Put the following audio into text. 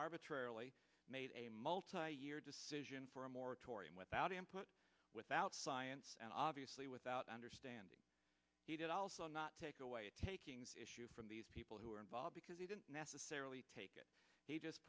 arbitrarily made a multi year decision for a moratorium without input without science and obviously without understanding he did also not take away the takings issue from these people who are involved because he didn't necessarily take it they just